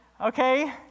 Okay